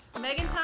Megan